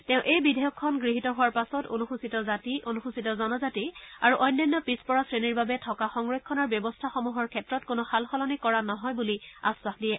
তেওঁ এই বিধেয়খন গৃহীত হোৱাৰ পাছত অনুসূচিত জাতি জনজাতি আৰু অন্যান্য পিছপৰা শ্ৰেণীৰ বাবে থকা সংৰক্ষণৰ ব্যৱস্থাসমূহৰ ক্ষেত্ৰত কোনো সাল সলনি কৰা নহয় বুলি আশ্বাস দিয়ে